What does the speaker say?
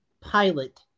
pilot